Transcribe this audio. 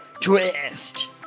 Twist